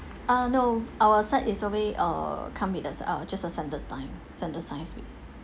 ah no our side is a way or come with a uh just a standard time standard size